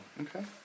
Okay